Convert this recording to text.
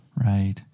Right